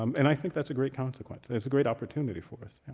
um and i think that's a great consequence and it's a great opportunity for us and